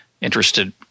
Interested